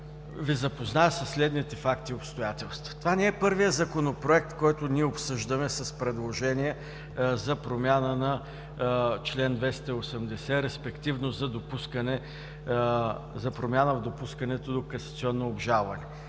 Ви запозная със следните факти и обстоятелства. Това не е първият Законопроект, който ние обсъждаме, с предложение за промяна на чл. 280, респективно за промяна в допускането до касационно обжалване.